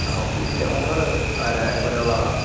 ആ ഓക്കെ ഇതിൻ്റെ ഓണറ് ആരാ എവിടെ ഉള്ള ആളാ